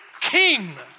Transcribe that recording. King